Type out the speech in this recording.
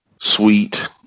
sweet